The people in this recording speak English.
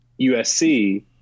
USC